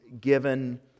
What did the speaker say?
given